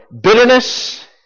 bitterness